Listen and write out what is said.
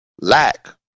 lack